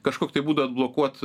kažkokį tai būdą atblokuot